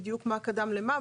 מה קדם למה.